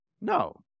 No